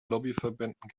lobbyverbänden